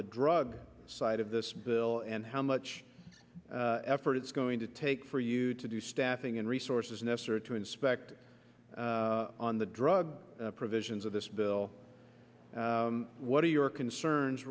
the drug side of this bill and how much effort it's going to take for you to do staffing and resources necessary to inspect on the drug provisions of this bill what are your concerns